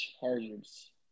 Chargers